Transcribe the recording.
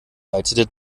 leitete